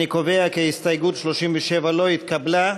אני קובע כי הסתייגות 37 לא התקבלה.